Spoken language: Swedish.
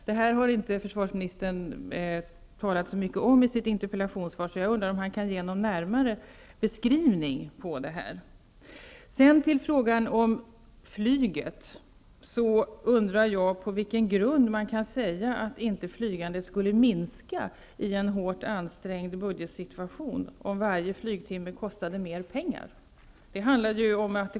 Det här har försvarsministern inte sagt så mycket om i sitt interpellationssvar, så jag undrar om han kan ge någon närmare beskrivning av det. Sedan till frågan om flyget. Jag undrar på vilken grund man kan säga att flygandet inte skulle minska i en hårt ansträngd budgetsituation, om varje flygtimme kostade mer pengar.